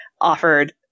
offered